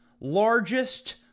largest